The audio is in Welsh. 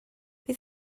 bydd